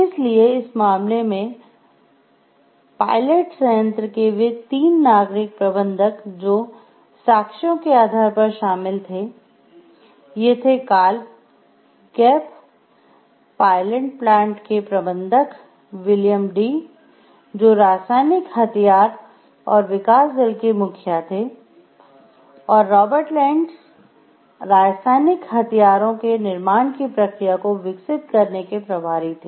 इसलिए इस मामले में पायलट संयंत्र रासायनिक हथियारों के निर्माण की प्रक्रिया को विकसित करने के प्रभारी थे